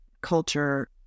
culture